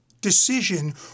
decision